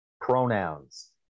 Pronouns